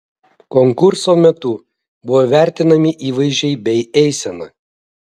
konkurso metu buvo vertinami įvaizdžiai bei eisena